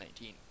2019